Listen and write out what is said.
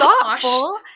thoughtful